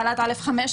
בעלת א5,